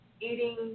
eating